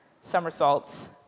somersaults